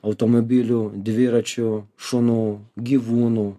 automobilių dviračių šunų gyvūnų